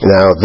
Now